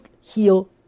heal